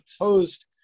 opposed